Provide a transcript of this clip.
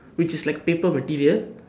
which is like paper material